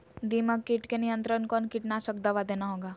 दीमक किट के नियंत्रण कौन कीटनाशक दवा देना होगा?